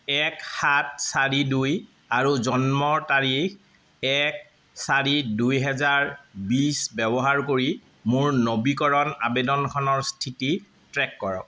এক সাত চাৰি দুই আৰু জন্মৰ তাৰিখ এক চাৰি দুই হেজাৰ বিশ ব্যৱহাৰ কৰি মোৰ নবীকৰণ আবেদনখনৰ স্থিতি ট্ৰেক কৰক